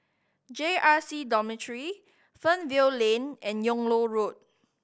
J R C Dormitory Fernvale Lane and Yung Loh Road